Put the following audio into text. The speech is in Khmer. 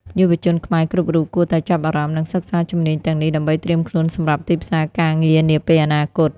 យុវជនខ្មែរគ្រប់រូបគួរតែចាប់អារម្មណ៍និងសិក្សាជំនាញទាំងនេះដើម្បីត្រៀមខ្លួនសម្រាប់ទីផ្សារការងារនាពេលអនាគត។